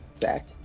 Zach